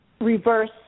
reverse